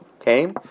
Okay